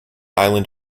island